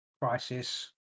crisis